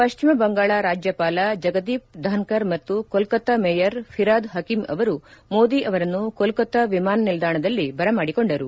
ಪಶ್ಚಿಮ ಬಂಗಾಳ ರಾಜ್ಞಪಾಲ ಜಗದೀಪ್ ಧಾನ್ಖರ್ ಮತ್ತು ಕೋಲ್ತಾ ಮೇಯರ್ ಫಿರಾದ್ ಹಕೀಮ್ ಅವರು ಮೋದಿ ಅವರನ್ನು ಕೋಲ್ತಾ ವಿಮಾನ ನಿಲ್ದಾಣದಲ್ಲಿ ಬರಮಾಡಿಕೊಂಡರು